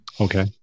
Okay